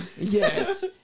Yes